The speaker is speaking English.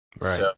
Right